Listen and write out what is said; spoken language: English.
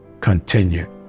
continue